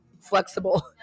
flexible